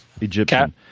Egyptian